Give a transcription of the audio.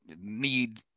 need